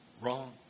Wrong